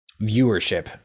viewership